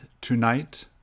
tonight